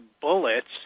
bullets